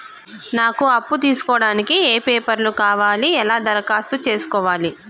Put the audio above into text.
నాకు అప్పు తీసుకోవడానికి ఏ పేపర్లు కావాలి ఎలా దరఖాస్తు చేసుకోవాలి?